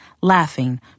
laughing